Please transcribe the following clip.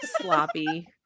sloppy